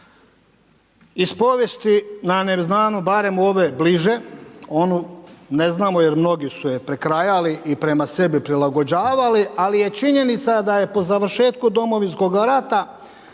Iz povijesti nama znanu barem u ove bliže, onu ne znamo jer mnogi su je prekrajali i prema sebi prilagođavali, ali je činjenica da je po završetku Domovinskoga rata